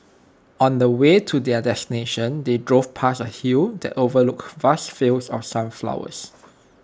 on the way to their destination they drove past A hill that overlooked vast fields of sunflowers